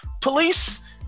police